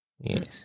Yes